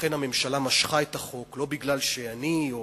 ואכן הממשלה משכה את החוק לא כי אני או